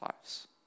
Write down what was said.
lives